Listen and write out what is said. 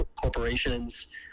corporations